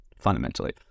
fundamentally